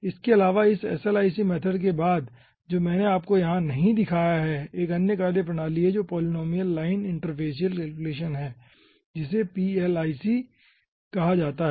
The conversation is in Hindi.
इसके अलावा इस SLIC मैथड के बाद जो मैंने आपको यहां नहीं दिखाया है एक अन्य कार्यप्रणाली है जो पॉलिनोमियल लाइन इंटरफैसिअल कैलकुलेशन है जिसे PLIC कहा जाता है